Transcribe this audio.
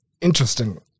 Interesting